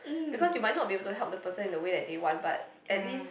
because you might not be able to help the person in the way that they want but at least